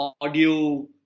audio